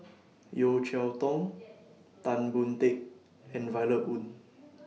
Yeo Cheow Tong Tan Boon Teik and Violet Oon